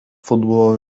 futbolo